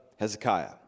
Hezekiah